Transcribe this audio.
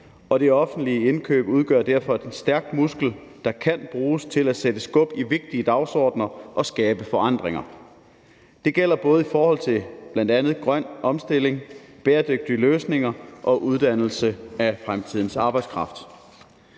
det offentlige indkøb udgør derfor en stærk muskel, der kan bruges til at sætte skub i vigtige dagsordener og skabe forandringer. Det gælder bl.a. i forhold til grøn omstilling, bæredygtige løsninger og uddannelse af fremtidens arbejdskraft.